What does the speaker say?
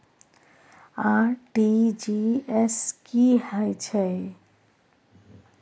RTG S की है छै?